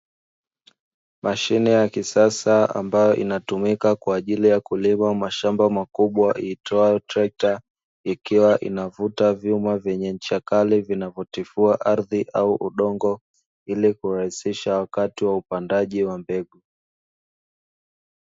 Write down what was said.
Mashine ya kisasa ambayo inatumika kwaajili ya kulima mashamba makubwa iitwayo trekta ikiwa inavuta vyuma vyenye ncha kali, vinavyo tifua ardhi au udongo ili kurahisisha wakati wa upandaji wa mbegu.